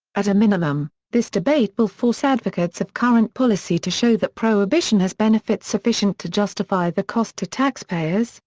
at a minimum, this debate will force advocates of current policy to show that prohibition has benefits sufficient to justify the cost to taxpayers,